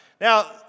Now